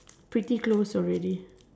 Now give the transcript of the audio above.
pretty close already